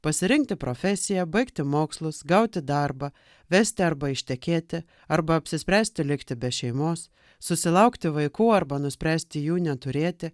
pasirinkti profesiją baigti mokslus gauti darbą vesti arba ištekėti arba apsispręsti likti be šeimos susilaukti vaikų arba nuspręsti jų neturėti